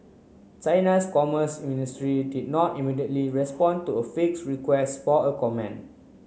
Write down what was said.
China's commerce ministry did not immediately respond to a fixed request for a comment